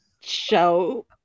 show